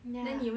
ya